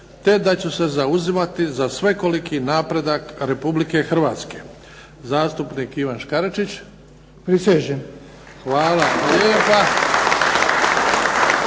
te da ću se zauzimati za svekoliki napredak Republike Hrvatske." Zastupnik Ivan Škaričić. **Škaričić, Ivan